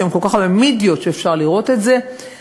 יש היום כל כך הרבה מדיות שאפשר לראות את זה בהן,